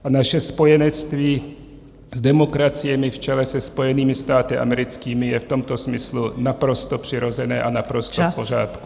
A naše spojenectví s demokraciemi v čele se Spojenými státy americkými je v tomto smyslu naprosto přirozené a naprosto v pořádku.